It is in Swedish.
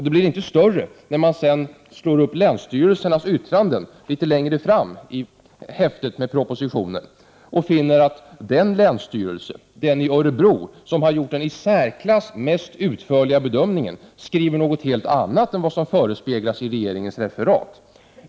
Det blir inte större när man sedan slår upp länsstyrelsernas yttranden, litet längre fram i propositionen, och finner att den länsstyrelse, länsstyrelsen i Örebro, som har gjort den i särklass mest utförliga bedömningen, skriver något helt annat än vad som förespeglas i regeringens referat.